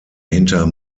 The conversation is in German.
hinter